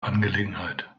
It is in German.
angelegenheit